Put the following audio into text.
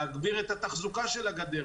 להגביר את התחזוקה של הגדר,